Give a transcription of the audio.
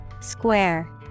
Square